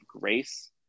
grace